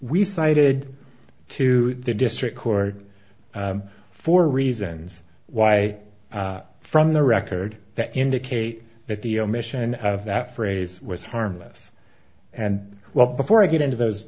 we cited to the district court for reasons why from the record that indicate that the omission of that phrase was harmless and well before i get into those